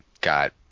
got